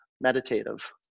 meditative